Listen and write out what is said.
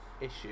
issue